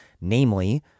namely